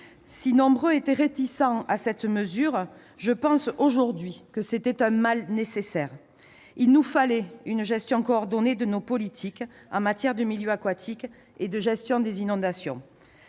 Si nombreux étaient les élus réticents devant cette mesure, je pense aujourd'hui que c'était un mal nécessaire. Il nous fallait une gestion coordonnée de nos politiques en matière de milieu aquatique et de gestion des inondations.